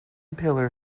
pillar